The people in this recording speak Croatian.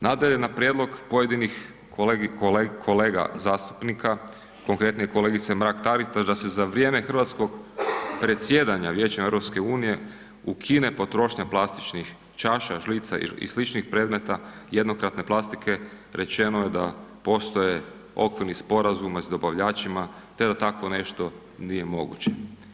Nadalje, na prijedlog pojedinih kolega zastupnika, konkretnije kolegice Mrak-Taritaš, da se za vrijeme hrvatskog presjedanja Vijećem EU ukine potrošnja plastičnih čaša, žlica i sličnih predmeta jednokratne plastike rečeno je da postoje okvirni sporazumi s dobavljačima, te da takvo nešto nije moguće.